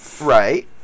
Right